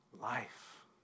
life